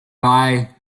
bye